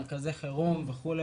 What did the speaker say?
מרכזי חירום וכו',